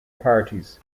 parties